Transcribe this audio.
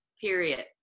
period